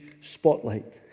spotlight